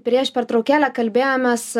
prieš pertraukėlę kalbėjomės